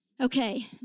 Okay